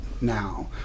now